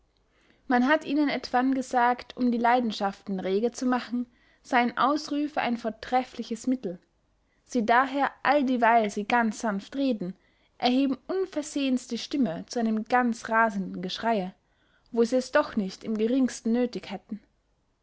man hat ihnen etwann gesagt um die leidenschaften rege zu machen seyen ausrüfe ein vortrefliches mittel sie daher alldieweil sie ganz sanft reden erheben unversehens die stimme zu einem ganz rasenden geschreye wo sie es doch nicht im geringsten nöthig hätten